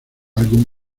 alguien